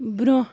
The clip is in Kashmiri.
برٛونٛہہ